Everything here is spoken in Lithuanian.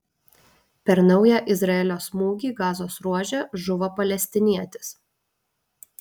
per naują izraelio smūgį gazos ruože žuvo palestinietis